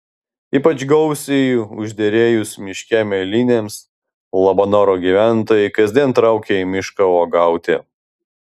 ypač gausiai užderėjus miške mėlynėms labanoro gyventojai kasdien traukia į mišką uogauti